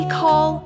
call